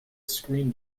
screen